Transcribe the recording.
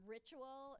Ritual